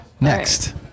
Next